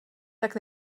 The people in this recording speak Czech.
tak